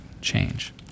change